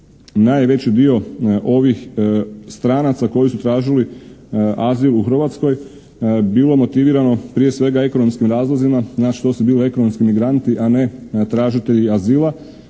najveći dio ovih stranaca koji su tražili azil u Hrvatskoj bilo motivirano prije svega ekonomskim razlozima. Znači, to su bili ekonomski migranti a ne tražitelji azila